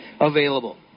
available